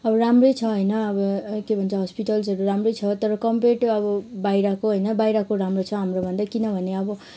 अब राम्रै छ होइन अब के भन्छ हस्पिटल्सहरू राम्रै छ तर कम्पियर टु अब बाहिरको होइन बाहिरको राम्रो छ हाम्रोभन्दा किनभने अब